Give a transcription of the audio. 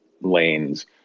lanes